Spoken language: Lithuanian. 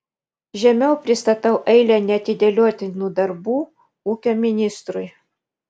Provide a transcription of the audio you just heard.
žemiau pristatau eilę neatidėliotinų darbų ūkio ministrui